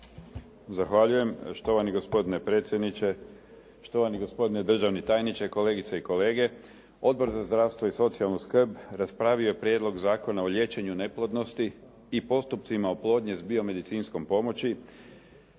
Zahvaljujem, štovani gospodine predsjedniče. Štovani gospodine državni tajniče, kolegice i kolege. Odbor za zdravstvo i socijalnu skrb raspravio je Prijedlog zakona o liječenju neplodnosti i postupcima oplodnje s biomedicinskom pomoći